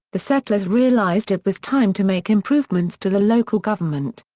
the settlers realized it was time to make improvements to the local government.